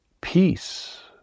peace